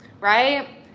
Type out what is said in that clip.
right